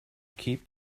keep